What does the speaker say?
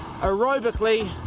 aerobically